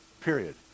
Period